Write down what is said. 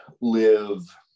live